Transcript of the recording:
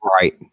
Right